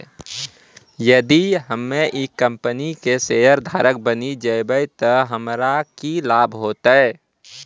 यदि हम्मै ई कंपनी के शेयरधारक बैन जैबै तअ हमरा की लाभ होतै